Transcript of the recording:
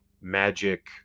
magic